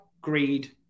greed